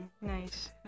nice